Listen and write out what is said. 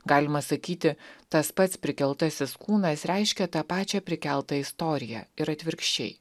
galima sakyti tas pats prikeltasis kūnas reiškia tą pačią prikeltą istoriją ir atvirkščiai